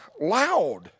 loud